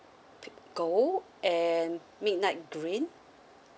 gold and midnight green